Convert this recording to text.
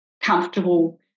comfortable